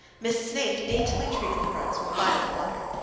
miss snaith daintily treated the rugs with violet water.